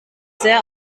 sehr